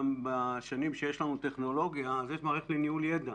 ובשנים שיש לנו טכנולוגיה, יש מערכת לניהול ידע